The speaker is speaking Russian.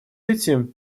этим